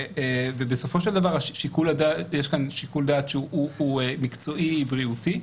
בסופו של דבר יש כאן שיקול דעת שהוא מקצועי בריאותי.